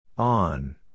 On